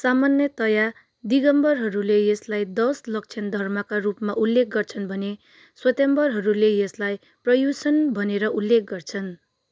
सामान्यतया दिगम्बरहरूले यसलाई दश लक्षण धर्मका रूपमा उल्लेख गर्छन् भने श्वेताम्बरहरूले यसलाई पर्युषण भनेर उल्लेख गर्छन्